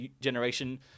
generation